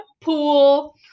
pool